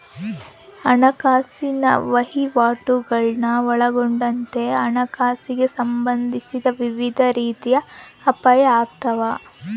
ಹಣಕಾಸಿನ ವಹಿವಾಟುಗುಳ್ನ ಒಳಗೊಂಡಂತೆ ಹಣಕಾಸಿಗೆ ಸಂಬಂಧಿಸಿದ ವಿವಿಧ ರೀತಿಯ ಅಪಾಯ ಆಗ್ತಾವ